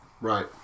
Right